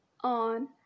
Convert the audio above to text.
on